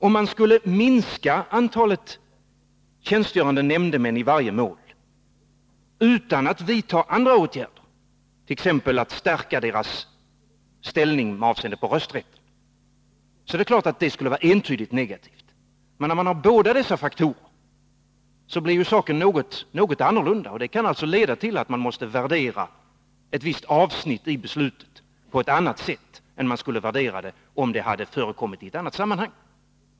Om man minskade antalet tjänstgörande nämndemän i varje mål utan att vidta andra åtgärder, t.ex. stärka deras ställning med avseende på rösträtt, skulle det givetvis vara entydigt negativt. Men om man tar hänsyn till bägge dessa faktorer, ter sig saken något annorlunda. Det kan alltså leda till att man måste värdera ett visst avsnitt i beslutet på ett annat sätt än man skulle ha gjort om det hade förekommit i ett annat sammanhang.